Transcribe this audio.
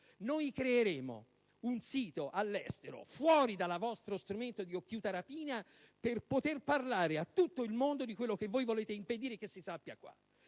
Creeremo un sito all'estero, fuori dal vostro strumento di occhiuta rapina, per poter parlare a tutto il mondo di ciò che voi volete impedire che si sappia qui,